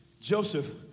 Joseph